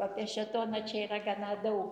apie šėtoną čia yra gana daug